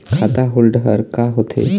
खाता होल्ड हर का होथे?